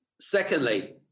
Secondly